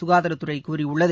சுகாதாரத்துறை கூறியுள்ளது